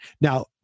Now